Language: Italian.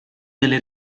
delle